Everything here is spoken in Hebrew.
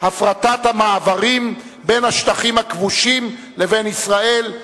"הפרטת המעברים בין השטחים הכבושים לבין ישראל".